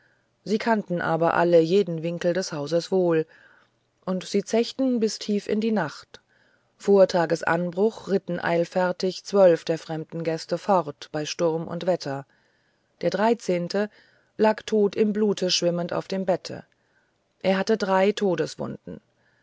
sie kannten aber alle jeden winkel des hauses wohl und sie zechten bis tief in die nacht vor tagesanbruch ritten eilfertig zwölf der fremden gäste fort bei sturm und wetter der dreizehnte lag tot im blute schwimmend auf dem bette er hatte drei todeswunden